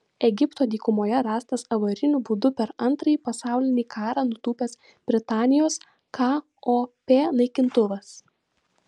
egipto dykumoje rastas avariniu būdu per antrąjį pasaulinį karą nutūpęs britanijos kop naikintuvas